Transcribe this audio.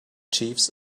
chiefs